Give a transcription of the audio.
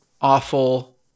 awful